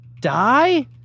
Die